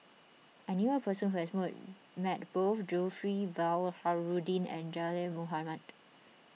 I knew a person who has met both Zulkifli Baharudin and Zaqy Mohamad